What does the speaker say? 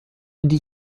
die